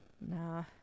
Nah